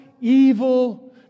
evil